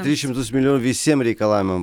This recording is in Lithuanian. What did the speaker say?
tris šimtus milijonų visiem reikalavimam